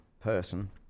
person